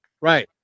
Right